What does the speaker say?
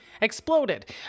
exploded